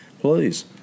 please